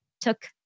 took